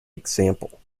example